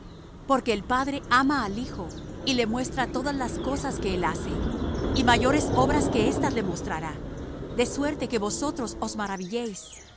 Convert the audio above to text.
porque el padre ama al hijo y le muestra todas las cosas que él hace y mayores obras que éstas le mostrará de suerte que vosotros os maravilléis